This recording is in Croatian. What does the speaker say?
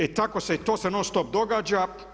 Tako se i to se non stop događa.